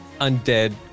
undead